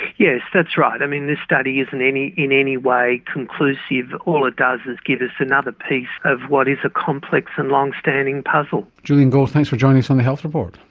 yes, that's right. i mean, this study isn't in any way conclusive, all it does is give us another piece of what is a complex and long-standing puzzle. julian gold, thanks for joining us on the health report.